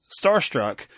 starstruck